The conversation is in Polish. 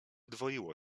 dwoiło